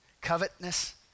covetousness